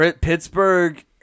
Pittsburgh